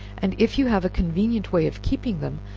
and if you have a convenient way of keeping them,